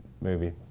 movie